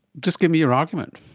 just give me your argument.